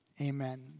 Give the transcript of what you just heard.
Amen